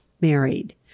married